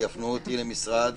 שיפנו אותי למשרד?